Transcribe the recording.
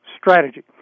strategy